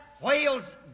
whale's